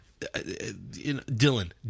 Dylan